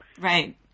Right